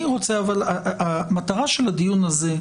הדיון הזה,